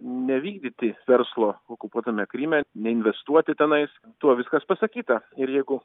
nevykdyti verslo okupuotame kryme neinvestuoti tenais tuo viskas pasakyta ir jeigu